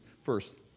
first